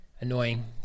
annoying